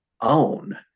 own